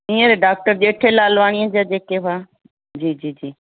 हींअर डॉक्टर जेठे लालवाणी जा जेके हुआ जी जी